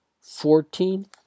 fourteen